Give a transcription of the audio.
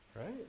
right